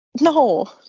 No